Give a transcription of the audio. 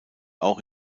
auch